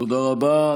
תודה רבה.